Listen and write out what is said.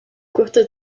korte